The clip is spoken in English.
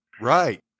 Right